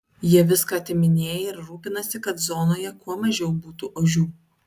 jie viską atiminėja ir rūpinasi kad zonoje kuo mažiau būtų ožių